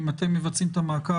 אם אתם מבצעים את המעקב,